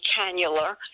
cannula